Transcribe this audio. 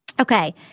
Okay